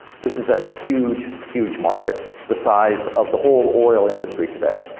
this is a huge, huge market. the size of the whole oil industry today.